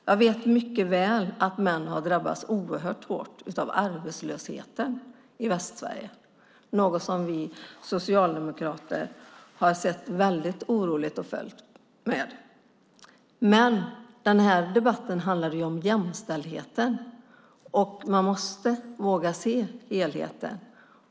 Jag vet mycket väl att män har drabbats oerhört hårt av arbetslösheten i Västsverige, vilket är något som vi socialdemokrater har följt med väldigt stor oro. Men den här debatten handlar om jämställdheten, och man måste våga se helheten.